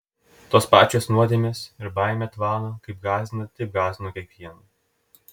tos pačios nuodėmės ir baimė tvano kaip gąsdino taip gąsdina kiekvieną